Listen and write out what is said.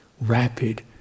rapid